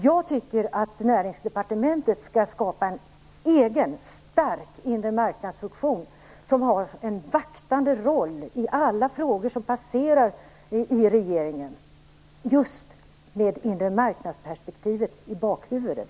Jag tycker att Näringsdepartementet skall skapa en egen stark inre marknadsfunktion, som har en vaktande roll i alla frågor som passerar i regeringen, just med inre marknadsperspektivet i bakhuvudet.